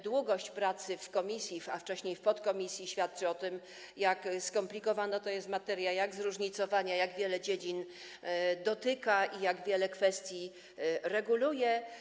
Długość pracy w komisji, a wcześniej w podkomisji świadczy o tym, jak skomplikowana to jest materia, jak zróżnicowana, jak wielu dziedzin dotyczy i jak wiele kwestii reguluje.